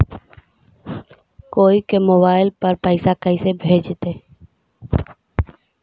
कोई के मोबाईल पर पैसा कैसे भेजइतै?